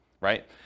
right